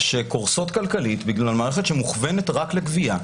שקורסות כלכלית בגלל מערכת שמוכוונת רק לגבייה.